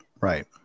right